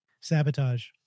Sabotage